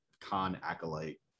con-acolyte